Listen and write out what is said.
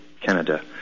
Canada